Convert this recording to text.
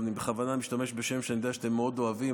ואני בכוונה משתמש בשם שאני יודע שאתם מאוד אוהבים,